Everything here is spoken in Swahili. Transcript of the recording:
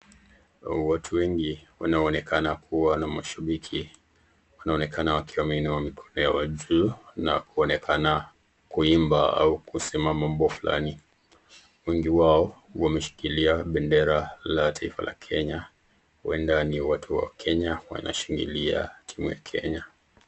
Watu wengi wanaonekana kuwa mashabiki. Wanaonekana wakiwa wameinua mikono yao juu na kuonekana kuiimba au kusimama wimbo fulani. Wengi wao wameshikilia bendera la taifa la Kenya huenda ni watu wa Kenya wanashangilia timu ya Kenya.